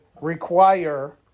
require